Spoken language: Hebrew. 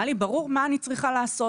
היה לי ברור מה אני צריכה לעשות,